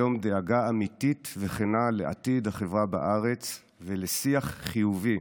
היום דאגה אמיתית וכנה לעתיד החברה בארץ ולשיח חיובי,